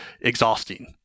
exhausting